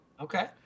okay